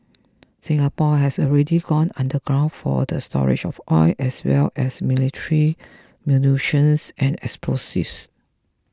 Singapore has already gone underground for the storage of oil as well as military munitions and explosives